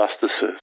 justices